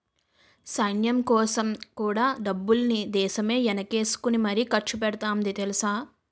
సైన్యంకోసం కూడా డబ్బుల్ని దేశమే ఎనకేసుకుని మరీ ఖర్చుపెడతాంది తెలుసా?